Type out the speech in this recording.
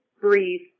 breathe